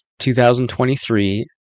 2023